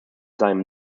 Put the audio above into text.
seinem